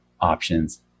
options